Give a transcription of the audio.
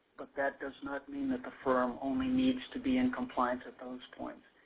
but that does not mean that the firm only needs to be in compliant with those points.